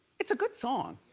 it's a good song.